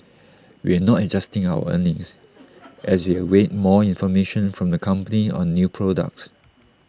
we are not adjusting our earnings as we await more information from the company on new products